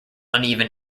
uneven